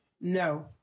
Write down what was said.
No